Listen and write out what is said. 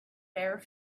bare